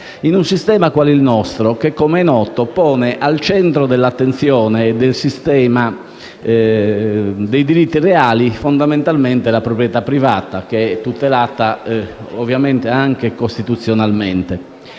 in un sistema come il nostro che, com'è noto, pone al centro dell'attenzione e del sistema dei diritti reali fondamentalmente la proprietà provata, tutelata anche costituzionalmente.